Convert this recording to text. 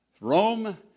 Rome